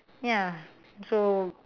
ya so